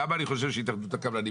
למה אני חושב שהתאחדות הקבלנים?